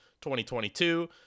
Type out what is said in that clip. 2022